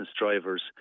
drivers